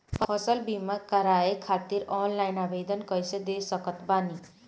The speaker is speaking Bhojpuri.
फसल बीमा करवाए खातिर ऑनलाइन आवेदन कइसे दे सकत बानी?